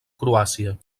croàcia